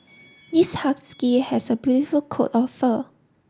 this husky has a beautiful coat of fur